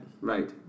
Right